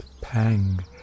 pang